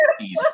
easy